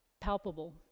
palpable